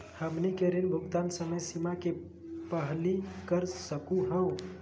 हमनी के ऋण भुगतान समय सीमा के पहलही कर सकू हो?